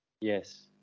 Yes